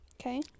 Okay